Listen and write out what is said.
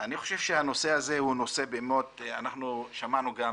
אני חושב שהנושא הזה, אנחנו שמענו גם